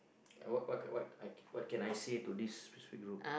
what what what I what can I say to this strict rule